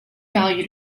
valued